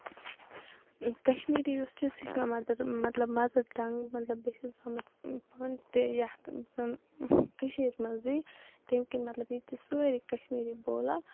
کشمیری یُس چھُ سُہ چھُ مےٚ مَدَر مطلب مدر ٹَنگ مطلب بہٕ چھس زامٕژ پانہٕ تہِ یَتھ زن کٔشیٖر مَنٛزٕے تمہِ کِنۍ مطلب ییٚتہِ چھِ سٲری کشمیری بولان